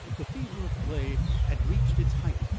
the fever of play had reached its height,